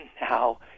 now